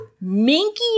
Minky